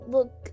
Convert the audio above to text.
Look